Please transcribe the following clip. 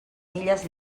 milles